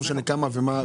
לא משנה כמה ומה.